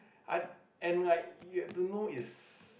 I and like you have to know is